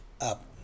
up